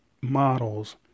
models